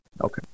okay